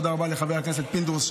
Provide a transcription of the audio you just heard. תודה רבה לחבר הכנסת פינדרוס,